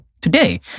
today